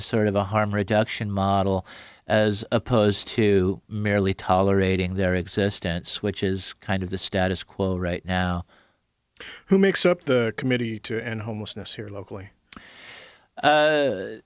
a sort of a harm reduction model as opposed to merely tolerating their existence which is kind of the status quo right now who makes up the committee and homelessness here locally